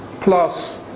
plus